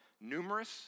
numerous